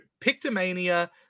Pictomania